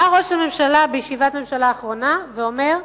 בא ראש הממשלה בישיבת הממשלה האחרונה ואמר: